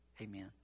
Amen